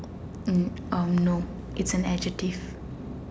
um um no it's an adjective